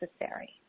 necessary